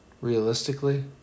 realistically